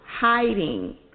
Hiding